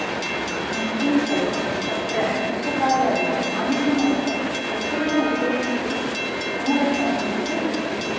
nematicide spectrum ವಿಷಕಾರಿಯಾಗಿದ್ದು ಮಣ್ಣಿನ ಮೂಲ್ಕ ವಲಸೆನ ಉತ್ತೇಜಿಸೊ ಗುಣಲಕ್ಷಣ ಹೊಂದಯ್ತೆ